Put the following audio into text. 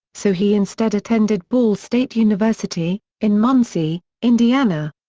so he instead attended ball state university, in muncie, indiana.